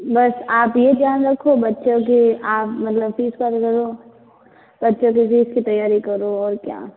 बस आप ये ध्यान रखो बच्चों की आप मतलब फीस बच्चों की फीस की तैयारी करो और क्या